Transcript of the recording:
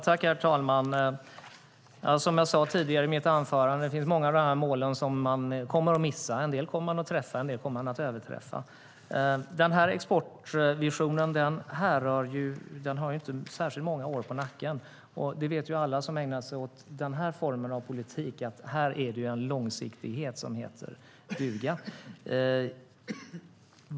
Herr talman! Som jag sade tidigare i mitt anförande är det många av de här målen som man kommer att missa. En del kommer man att träffa, och en del kommer man att överträffa. Exportvisionen har inte särskilt många år på nacken, och det vet ju alla som ägnat sig åt den här formen av politik att här är det en långsiktighet som heter duga.